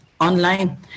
online